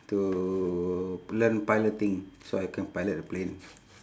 to learn piloting so I can pilot a plane